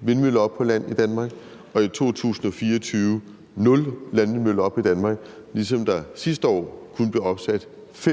vindmøller op på land Danmark og i 2024 nul landvindmøller op i Danmark, ligesom der sidste år kun blev opsat fem